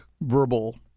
verbal